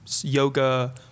yoga